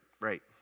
Right